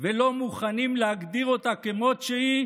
ולא מוכנים להגדיר אותה כמות שהיא